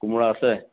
কোমোৰা আছে